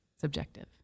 subjective